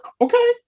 Okay